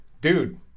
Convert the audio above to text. dude